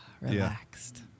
relaxed